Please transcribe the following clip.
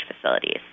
facilities